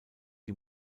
die